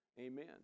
Amen